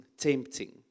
tempting